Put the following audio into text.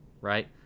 right